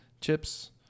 chips